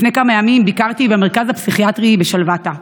לפני כמה ימים ביקרתי במרכז הפסיכיאטרי בשלוותה.